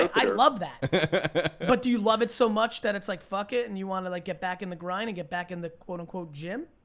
i love that. but do you love it so much that it's like fuck it and you want to like get back in the grind and get back in the, quote, unquote, gym?